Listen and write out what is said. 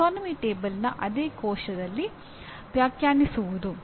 ನಾಲ್ಕನೇ ಪಾಠವು "ಮಾನ್ಯತೆ"ಗೆ ಸಂಬಂಧಿಸಿದೆ